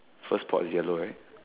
first pot is yellow right